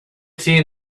seen